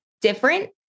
different